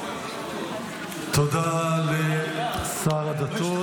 תודה לשר הדתות.